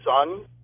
son